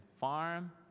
farm